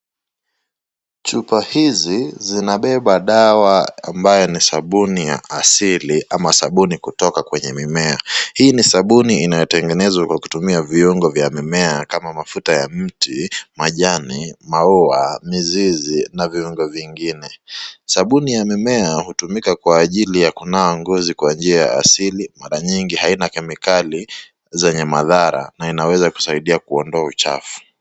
Chupa hizi zinabeba dawa ambayo ni sabuni ya asili ama sabuni kutoka kwenye mimea. Hii ni sabuni inayotengenezwa kutumia viungo vya mimea kama mafuta ya mti, majani, maua, mizizi na viungo vingine. Sabuni ya mimea hutumika kwa ajili ya kunawa ngozi kwa njia ya asili, mara nyingi haina kemikali zenye madhara na inaweza kusaidia kuondoa uchafu.